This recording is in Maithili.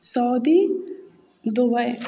Saudi Dubai